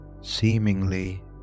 seemingly